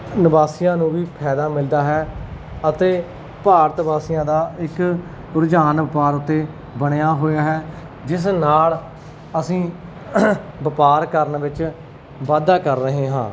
ਨਿਵਾਸੀਆਂ ਨੂੰ ਵੀ ਫ਼ਾਇਦਾ ਮਿਲਦਾ ਹੈ ਅਤੇ ਭਾਰਤ ਵਾਸੀਆਂ ਦਾ ਇੱਕ ਰੁਝਾਨ ਵਪਾਰ ਉੱਤੇ ਬਣਿਆ ਹੋਇਆ ਹੈ ਜਿਸ ਨਾਲ ਅਸੀਂ ਵਪਾਰ ਕਰਨ ਵਿੱਚ ਵਾਧਾ ਕਰ ਰਹੇ ਹਾਂ